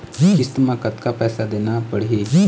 किस्त म कतका पैसा देना देना पड़ही?